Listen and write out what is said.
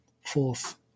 Fourth